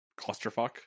clusterfuck